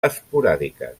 esporàdiques